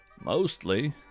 Mostly